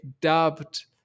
dubbed